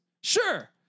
Sure